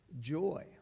Joy